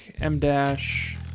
M-dash